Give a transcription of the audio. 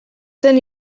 zen